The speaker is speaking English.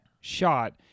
shot